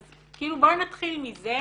אז בואי נתחיל מזה